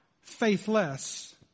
faithless